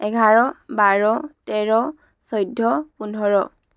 এঘাৰ বাৰ তেৰ চৈধ্য পোন্ধৰ